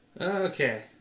Okay